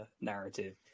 narrative